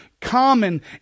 common